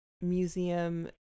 museum